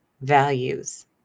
values